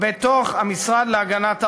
בתוך המשרד להגנת העורף.